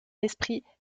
esprit